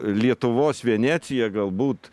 lietuvos venecija galbūt